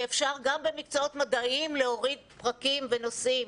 אפשר גם במקצועות מדעיים להוריד פרקים ונושאים,